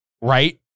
right